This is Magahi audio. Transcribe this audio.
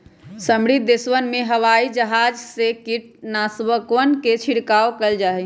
समृद्ध देशवन में हवाई जहाज से कीटनाशकवन के छिड़काव कइल जाहई